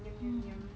mm